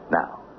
Now